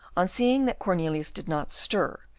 on seeing that cornelius did not stir,